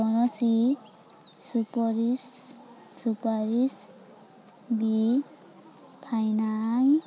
କୌଣସି ସୁପରିଶ ସୁପାରିଶ ବି ଫାଇନାନ୍